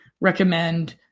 recommend